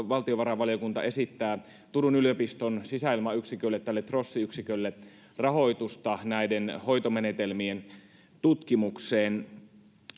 valtiovarainvaliokunta esittää turun yliopiston sisäilmayksikölle tälle trossi yksikölle rahoitusta näiden hoitomenetelmien tutkimukseen